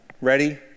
Ready